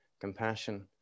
compassion